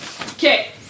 Okay